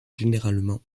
généralement